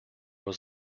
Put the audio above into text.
was